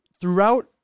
throughout